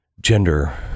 Gender